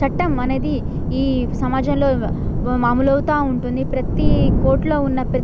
చట్టం అనేది ఈ సమాజంలో మామూలు అవుతూ ఉంటుంది ప్రతీ కోర్ట్లో ఉన్న